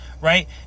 right